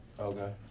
Okay